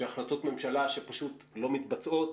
של החלטות ממשלה שפשוט לא מתבצעות,